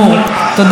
תודה רבה, גברתי.